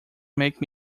make